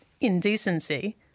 indecency